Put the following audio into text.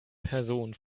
person